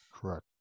correct